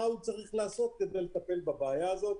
מה הוא צריך לעשות כדי לטפל בבעיה הזאת.